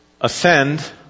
ascend